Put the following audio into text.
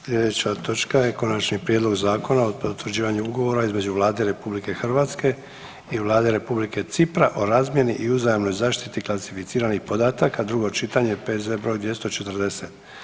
Sljedeća točka je - Konačni prijedlog zakona o potvrđivanju Ugovora između Vlade RH i Vlade Republike Cipra o razmjeni i uzajamnoj zaštiti klasificiranih podataka, drugo čitanje, P.Z. br. 240.